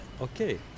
okay